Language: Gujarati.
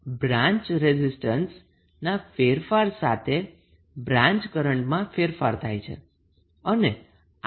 જેમાં બ્રાન્ચ રેઝિસ્ટન્સના ફેરફાર સાથે બ્રાન્ચ કરન્ટમાં ફેરફાર થાય છે